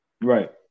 Right